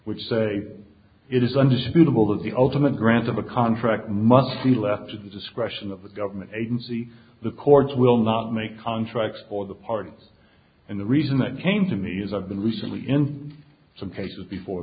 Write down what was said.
which say it is understandable that the ultimate grant of a contract must be left to the discretion of the government agency the courts will love may contract or the parties and the reason that came to me is i've been recently in some cases before